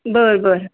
बरं बरं